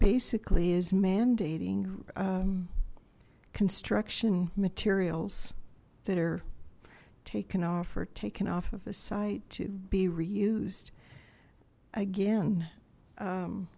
basically is mandating construction materials that are taken off or taken off of a site to be reused again